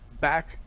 back